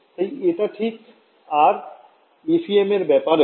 তাই এটা ঠিক আর FEM এর ব্যাপারেও